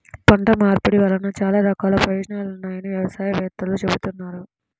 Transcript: పంట మార్పిడి వలన చాలా రకాల ప్రయోజనాలు ఉన్నాయని వ్యవసాయ వేత్తలు చెబుతున్నారు